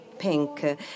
Pink